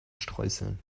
streuseln